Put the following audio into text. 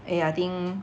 eh I think